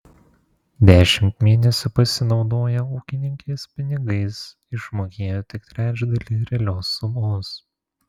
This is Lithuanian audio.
dešimt mėnesių pasinaudoję ūkininkės pinigais išmokėjo tik trečdalį realios sumos